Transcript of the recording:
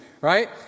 right